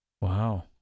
Wow